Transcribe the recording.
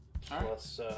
Plus